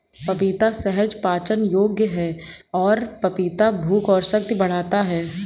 पपीता सहज पाचन योग्य है और पपीता भूख और शक्ति बढ़ाता है